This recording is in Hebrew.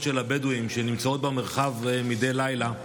של הבדואים שנמצאות במרחב מדי לילה,